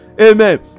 Amen